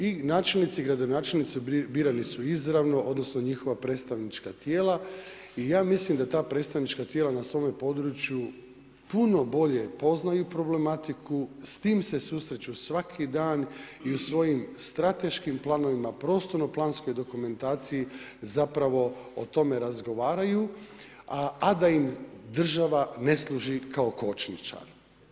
I načelnici i gradonačelnici birani su izravno, odnosno njihova predstavnička tijela i ja mislim da ta predstavnička tijela na svome području puno bolje poznaju problematiku, s tim se susreću svaki dan i u svojim strateškim planovima, prostorno planskoj dokumentaciji zapravo o tome razgovaraju, a da im država ne služi kao kočničar.